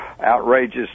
outrageous